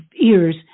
ears